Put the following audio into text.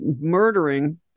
murdering